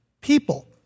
people